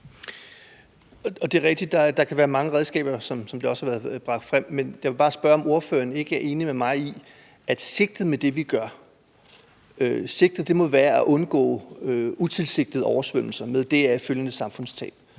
Det er rigtigt, at der kan være mange redskaber, som det også har været bragt frem. Men jeg vil bare spørge, om ordføreren ikke er enig med mig i, at sigtet med det, vi gør, må være at undgå utilsigtede oversvømmelser med deraf følgende samfundstab.